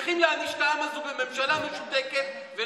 אתם ממשיכים להעניש את העם הזה בממשלה משותקת ולוקחים